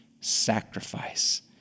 sacrifice